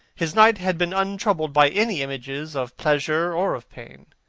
his night had been untroubled by any images of pleasure or of pain.